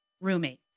roommates